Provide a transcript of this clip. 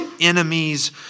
enemies